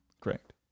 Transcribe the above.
Correct